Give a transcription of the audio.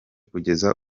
kugeza